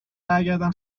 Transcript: برگردم